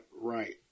right